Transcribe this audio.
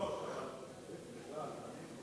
אדוני היושב-ראש,